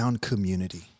community